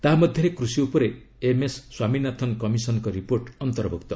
ତାହା ମଧ୍ୟରେ କୃଷି ଉପରେ ଏମ୍ଏସ୍ ସ୍ୱାମୀନାଥନ କମିଶନଙ୍କ ରିପୋର୍ଟ ଅନ୍ତର୍ଭକ୍ତ